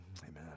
amen